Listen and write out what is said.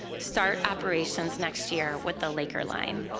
start operations next year with the laker line.